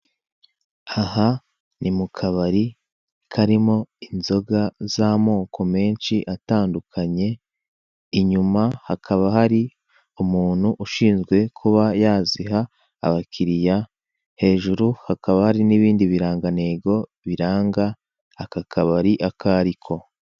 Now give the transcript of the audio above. Aha ni mu kabari karimo inzoga z'amoko menshi atandukanye, inyuma hakaba hari umuntu ushinzwe kuba yaziha abakiriya, hejuru hakaba hari n'ibindi birangantego biranga aka kabari ako ari ko.